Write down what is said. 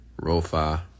Rofa